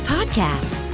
Podcast